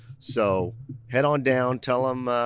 so head on down, tell um